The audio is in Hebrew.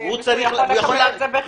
מה זאת אומרת הובא לידיעתו?